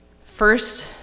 first